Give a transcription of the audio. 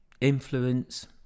influence